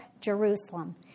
Jerusalem